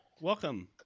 Welcome